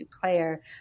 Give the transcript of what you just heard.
player